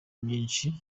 myinshi